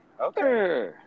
Okay